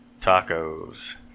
Tacos